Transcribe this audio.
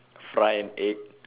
fried an egg